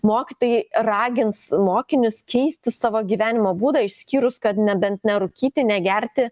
mokytojai ragins mokinius keisti savo gyvenimo būdą išskyrus kad nebent nerūkyti negerti